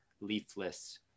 leafless